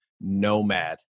Nomad